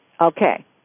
Okay